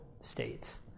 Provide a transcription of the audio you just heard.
states